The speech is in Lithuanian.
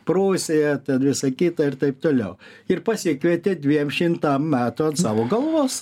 prūsiją ten visa kita ir taip toliau ir pasikvietė dviem šimtam metų ant savo galvos